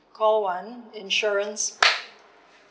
call one insurance